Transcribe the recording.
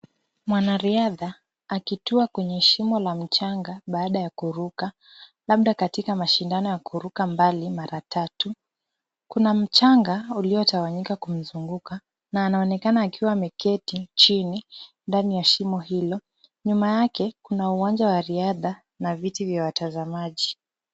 Mwanariadha akitua kwenye shimo la mchanga baada ya kuruka, labda katika mashindano ya kuruka mbali mara tatu. Kuna mchanga uliotawanyika kumzunguka na anaonekana akiwa ameketi chini ndani ya shimo hilo. Nyuma yake kuna uwanja wa riadha na viti vya watazamaji.